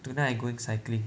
tonight I going cycling